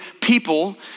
people